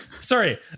Sorry